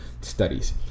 studies